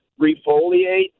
refoliate